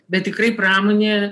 bet tikrai pramonė